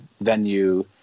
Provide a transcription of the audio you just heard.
venue